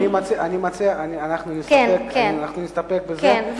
אני מציע שנסתפק בזה,